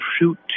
shoot